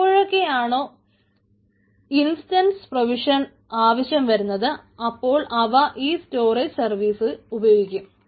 എപ്പോഴൊക്കെയാണോ instance provisioning ആവശ്യം വരുന്നത് അപ്പോൾ അവ ഈ സ്റ്റോറേജ് സർവീസ് ഉപയോഗിക്കും